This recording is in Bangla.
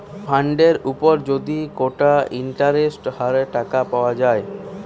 ফান্ডের উপর যদি কোটা ইন্টারেস্টের হার টাকা পাওয়া যায়